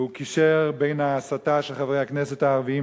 והוא קישר בין ההסתה של חברי הכנסת הערבים